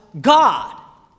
God